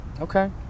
Okay